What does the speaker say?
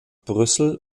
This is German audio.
brüssel